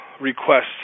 requests